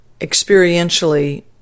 experientially